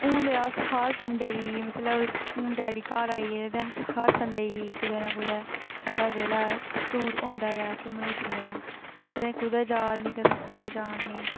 हून ते अस हर संडे गी मतलब हून डैडी घर आई गेदे ते हून हर संडे गी कुतै ना कुतै साढ़ा जेहड़ा ऐ टूर होंदा गै ऐ घूमने फिरने दा कदें कुतै जा'रने कदें कुतै जा'रने